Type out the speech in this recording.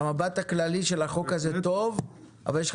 המבט הכללי של החוק הזה טוב אבל יש לך